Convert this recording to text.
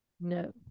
No